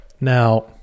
Now